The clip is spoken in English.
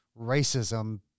racism